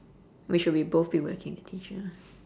we should be both be whacking the teacher